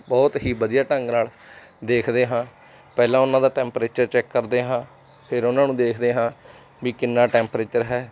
ਬਹੁਤ ਹੀ ਵਧੀਆ ਢੰਗ ਨਾਲ ਦੇਖਦੇ ਹਾਂ ਪਹਿਲਾਂ ਉਹਨਾਂ ਦਾ ਟੈਂਪਰੇਚਰ ਚੈੱਕ ਕਰਦੇ ਹਾਂ ਫਿਰ ਉਹਨਾਂ ਨੂੰ ਦੇਖਦੇ ਹਾਂ ਵੀ ਕਿੰਨਾ ਟੈਂਪਰੇਚਰ ਹੈ